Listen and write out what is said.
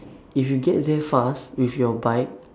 if you get there fast with your bike